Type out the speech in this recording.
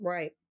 Right